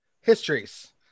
histories